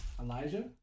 Elijah